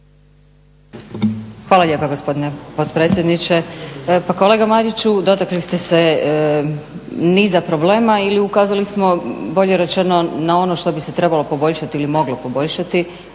Hvala lijepo gospodine predsjedniče. Pa kolega Mariću dotakli ste se niza problema i ukazali smo bolje rečeno na ono što bi se trebalo poboljšati ili moglo poboljšati